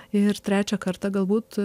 ir trečią kartą galbūt